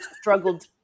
struggled